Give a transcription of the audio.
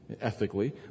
ethically